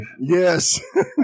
Yes